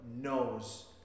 knows